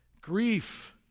Grief